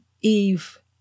Eve